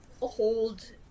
hold